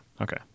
Okay